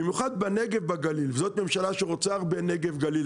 במיוחד בנגב ובגליל; זו ממשלה שרוצה הרבה נגב גליל.